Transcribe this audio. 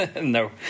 no